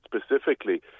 specifically